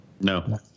No